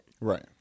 Right